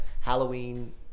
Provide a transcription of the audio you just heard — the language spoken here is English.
Halloween